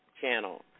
Channel